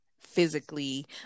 physically